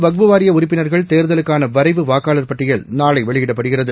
வக்ஃபு வாரிய உறுப்பினர்கள் தேர்தலுக்கான வரைவு வாக்காளர் பட்டியல் நாளை தமிட்நாடு வெளியிடப்படுகிறது